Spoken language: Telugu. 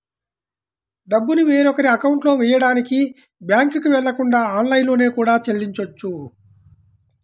డబ్బుని వేరొకరి అకౌంట్లో వెయ్యడానికి బ్యేంకుకి వెళ్ళకుండా ఆన్లైన్లో కూడా చెల్లించొచ్చు